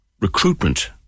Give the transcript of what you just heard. recruitment